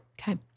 Okay